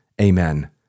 amen